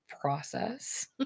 process